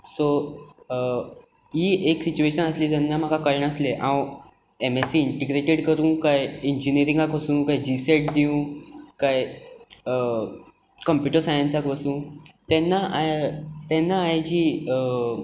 so ही एक situation आसली जेन्ना म्हाका कळनासलें हांव एम एस सी इन्टग्रेटीड करूं काय इंजिनियरींगाक वचूं काय जी सॅट दिवूं काय कंप्यूटर सायन्साक वचूं तेन्ना हांवें जी